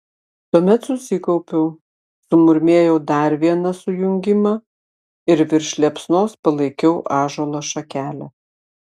tuomet susikaupiau sumurmėjau dar vieną sujungimą ir virš liepsnos palaikiau ąžuolo šakelę